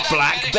Black